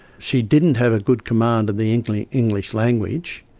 she didn't have a good command of the english english language.